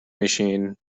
machine